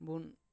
ᱵᱚᱱ